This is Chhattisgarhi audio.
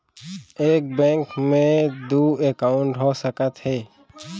एक बैंक में दू एकाउंट हो सकत हे?